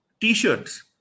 T-shirts